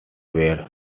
where